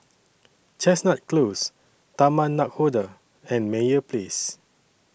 Chestnut Close Taman Nakhoda and Meyer Place